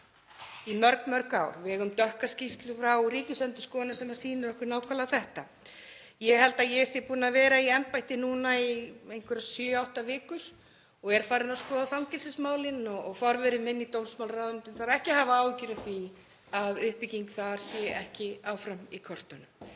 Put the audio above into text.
í mörg ár. Við eigum dökka skýrslu frá Ríkisendurskoðun sem sýnir okkur nákvæmlega þetta. Ég held að ég sé búin að vera í embætti núna í einhverjar sjö, átta vikur og er farin að skoða fangelsismálin og forveri minn í dómsmálaráðuneytinu þarf ekki að hafa áhyggjur af því að uppbygging þar sé ekki áfram í kortunum.